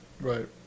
Right